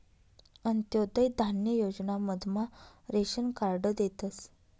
अंत्योदय धान्य योजना मधमा रेशन कार्ड देतस